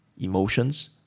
emotions